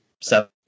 seven